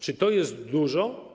Czy to jest dużo?